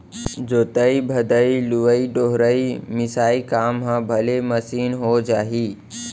जोतइ भदई, लुवइ डोहरई, मिसाई काम ह भले मसीन हो जाही